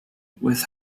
with